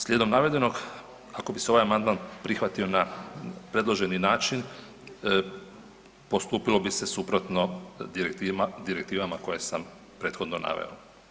Slijedom navedenog, ako bi se ovaj amandman prihvatio na predloženi način postupilo bi se suprotno direktivama koje sam prethodno naveo.